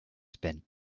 spend